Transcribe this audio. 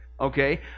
Okay